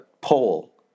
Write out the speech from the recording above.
poll